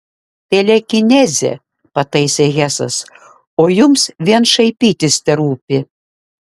telekinezė pataisė hesas o jums vien šaipytis terūpi